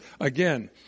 again